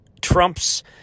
Trump's